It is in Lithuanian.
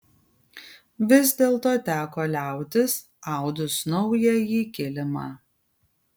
vis dėlto teko liautis audus naująjį kilimą